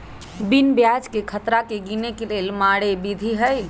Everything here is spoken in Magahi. बिनु ब्याजकें खतरा के गिने के लेल मारे विधी हइ